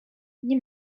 nie